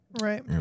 Right